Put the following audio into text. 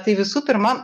tai visų pirma